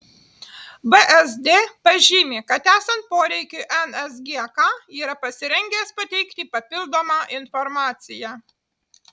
vsd pažymi kad esant poreikiui nsgk yra pasirengęs pateikti papildomą informaciją